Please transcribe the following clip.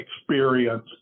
experience